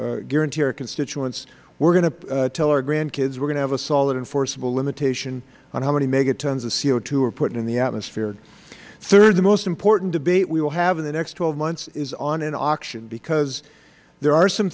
we guarantee our constituents we are going to tell our grandkids we are going to have a solid enforceable limitation on how many megatons of co we are putting into the atmosphere third the most important debate we will have in the next twelve months is on an auction because there are some